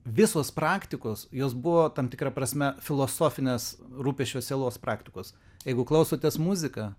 visos praktikos jos buvo tam tikra prasme filosofinės rūpesčio sielos praktikos jeigu klausotės muziką